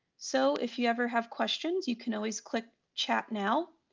so if you ever have questions you can always click chat now,